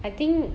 I think